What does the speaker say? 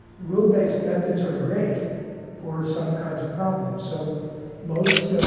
rule-based methods are great for some kinds of problems. so most